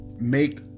make